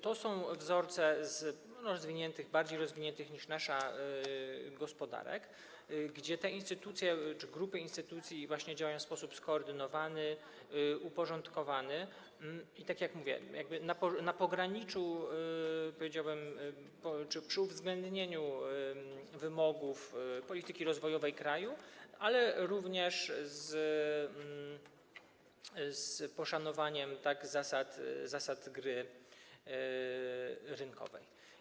To są wzorce z rozwiniętych, bardziej rozwiniętych niż nasza, gospodarek, gdzie te instytucje czy grupy instytucji właśnie działają w sposób skoordynowany, uporządkowany i, tak jak mówię, jakby na pograniczu, powiedziałbym, czy przy uwzględnieniu wymogów polityki rozwojowej kraju, ale również z poszanowaniem zasad gry rynkowej.